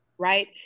Right